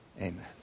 amen